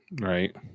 Right